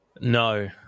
No